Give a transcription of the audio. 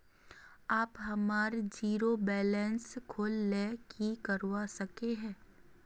आप हमार zero balance खोल ले की करवा सके है?